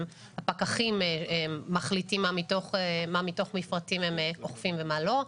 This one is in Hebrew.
פקחים מחליטים מה מתוך מפרטים הן אוכפים ומה לא,